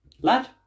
Lad